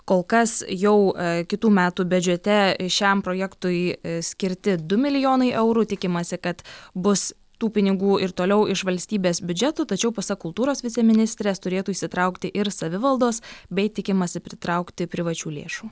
kol kas jau kitų metų bedžete šiam projektui skirti du milijonai eurų tikimasi kad bus tų pinigų ir toliau iš valstybės biudžetų tačiau pasak kultūros viceministrės turėtų įsitraukti ir savivaldos bei tikimasi pritraukti privačių lėšų